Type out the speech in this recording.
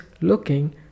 looking